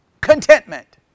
contentment